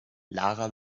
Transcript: lara